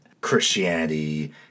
Christianity